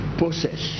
process